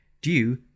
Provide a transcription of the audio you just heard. due